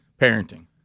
parenting